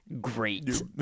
great